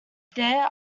there